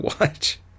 watch